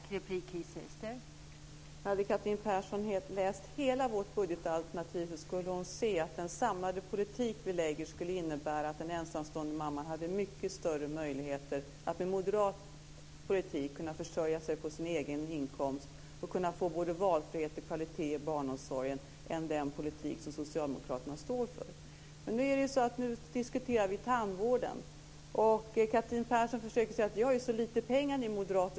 Fru talman! Om Catherine Persson hade läst hela vårt budgetalternativ skulle hon ha sett att den samlade politik som vi lägger fram förslag om skulle innebära att den ensamstående mamman hade mycket större möjligheter att försörja sig på sin egen inkomst och få både valfrihet och kvalitet i barnomsorgen än med den politik som socialdemokraterna står för. Men nu diskuterar vi tandvården. Catherine Persson försöker säga: Ni har ju så lite pengar, ni moderater.